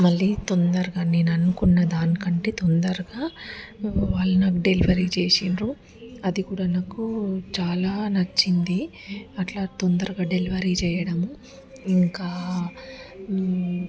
మళ్ళీ తొందరగా నేను అనుకున్న దానికంటే తొందరగా వాళ్ళు నాకు డెలివరీ చేసారు అది కూడా నాకు చాలా నచ్చింది అట్లా తొందరగా డెలివరీ చేయడము ఇంకా